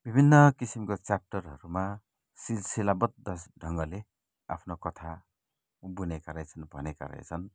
विभिन्न किसिमको च्याप्टरहरूमा सिलसिलाबद्ध ढङ्गले आफ्नो कथा बुनेका रहेछन् भनेका रहेछन्